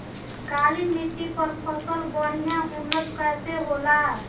काली मिट्टी पर फसल बढ़िया उन्नत कैसे होला?